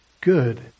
good